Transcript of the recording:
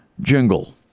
jingle